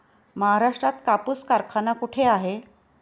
महाराष्ट्रात कापूस कारखाना कुठे आहे?